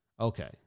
Okay